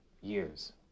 years